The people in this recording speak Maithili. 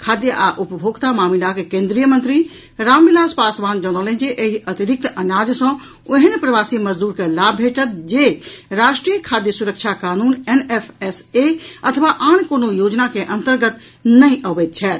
खाद्य आ उपभोक्ता मामिलाक केन्द्रीय मंत्री रामविलास पासवान जनौलनि जे एहि अतिरिक्त अनाज सॅ ओहेन प्रवासी मजदूर के लाभ भेटत जे राष्ट्रीय खाद्य सुरक्षा कानून एनएफएसए अथवा आन कोनो योजना के अंतर्गत नहि अबैत छथि